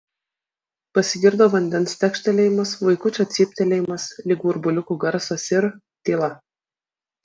pasigirdo vandens tekštelėjimas vaikučio cyptelėjimas lyg burbuliukų garsas ir tyla